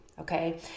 Okay